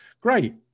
Great